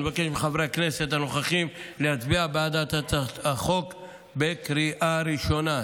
אני מבקש מחברי הכנסת הנוכחים להצביע בעד הצעת החוק בקריאה ראשונה.